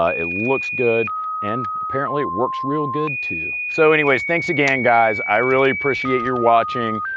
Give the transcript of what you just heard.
ah it looks good and apparently it works real good too. so anyways, thanks again guys. i really appreciate your watching.